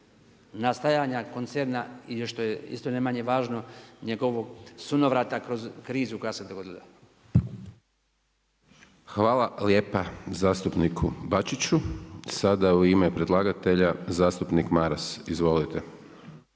nastajanja koncerna i ono što je ne manje važno njegovog sunovrata kroz krizu koja se dogodila. **Hajdaš Dončić, Siniša (SDP)** Hvala lijepa zastupniku BAčiću. Sada u ime predlagatelja zastupnik Maras. Izvolite.